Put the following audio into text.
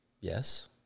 Yes